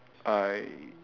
I